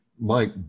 Mike